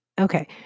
okay